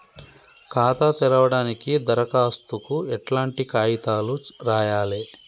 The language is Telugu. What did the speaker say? ఖాతా తెరవడానికి దరఖాస్తుకు ఎట్లాంటి కాయితాలు రాయాలే?